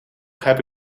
heb